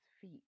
feet